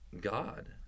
God